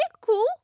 cool